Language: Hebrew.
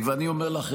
אני אומר לך,